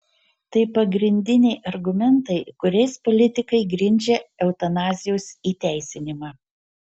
tai pagrindiniai argumentai kuriais politikai grindžia eutanazijos įteisinimą